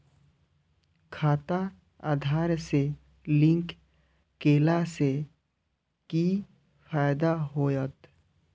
खाता आधार से लिंक केला से कि फायदा होयत?